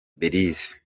belise